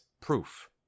proof